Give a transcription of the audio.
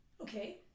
okay